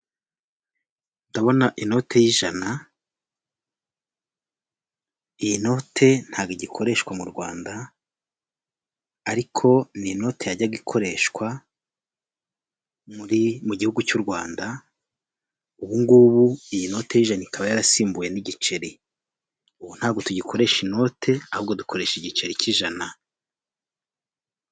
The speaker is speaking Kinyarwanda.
Ndabona inote y'ijana, iyi note ntabwo igikoreshwa mu Rwanda, ariko ni inoti yajyaga ikoreshwa mu gihugu cy'u Rwanda, ubungubu iyi note ikaba yarasimbuwe n'igiceri. Ubu ntabwo tugikoresha inote, ahubwo dukoresha igiceri k'ijana.